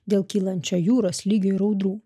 dėl kylančio jūros lygio ir audrų